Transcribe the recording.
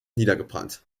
niedergebrannt